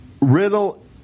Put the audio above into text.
Riddle